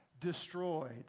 destroyed